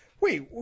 wait